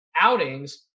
outings